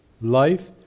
life